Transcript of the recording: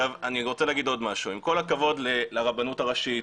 עם כל הכבוד לרבנות הראשית,